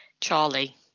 Charlie